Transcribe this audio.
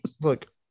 look